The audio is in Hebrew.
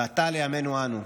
ועתה לימינו אנו.